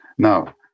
Now